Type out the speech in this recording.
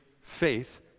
faith